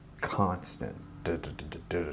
constant